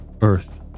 Earth